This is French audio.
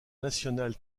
national